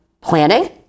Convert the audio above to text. planning